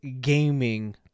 gaming